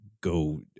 go